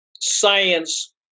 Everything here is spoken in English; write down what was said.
science